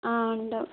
ആ ഉണ്ടാവും